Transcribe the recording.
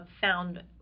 found